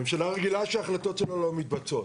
הממשלה רגילה שההחלטות שלה לא מתבצעות.